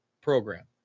program